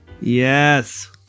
Yes